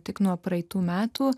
tik nuo praeitų metų